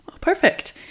Perfect